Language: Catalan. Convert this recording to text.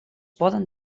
poden